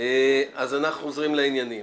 אנחנו חוזרים לעניינים.